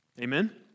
Amen